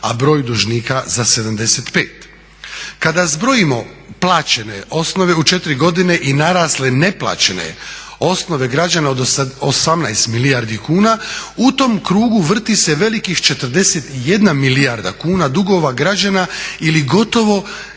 a broj dužnika za 75. Kada zbrojimo plaćene osnove u četiri godine i narasle neplaćene osnove građana od 18 milijardi kuna u tom krugu vrti se velikih 41 milijarda kuna dugova građana ili gotovo